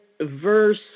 verse